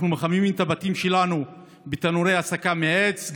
אנחנו מחממים את הבתים שלנו בתנורי הסקה בעץ.